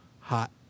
hot